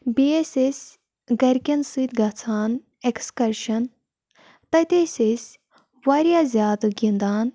بیٚیہِ ٲسۍ أسۍ گَرکٮ۪ن سۭتۍ گژھان ای۪کسکرشَن تَتہِ ٲسۍ أسۍ واریاہ زیادٕ گِنٛدان